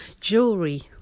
jewelry